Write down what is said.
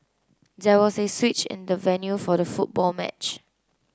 there was a switch in the venue for the football match